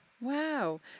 Wow